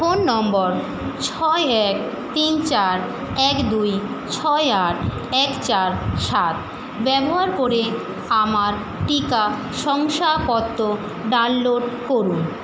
phone নম্বর ছয় এক তিন চার এক দুই ছয় আট এক চার সাত ব্যবহার করে আমার টিকা শংসাপত্র ডাউনলোড করুন